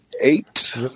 Eight